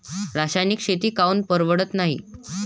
रासायनिक शेती काऊन परवडत नाई?